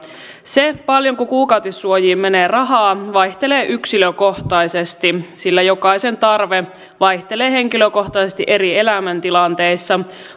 se paljonko kuukautissuojiin menee rahaa vaihtelee yksilökohtaisesti sillä jokaisen tarve vaihtelee henkilökohtaisesti eri elämäntilanteissa